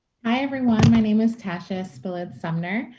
hi, everyone. my name is tasha spillet-sumner.